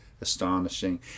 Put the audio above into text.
astonishing